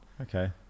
Okay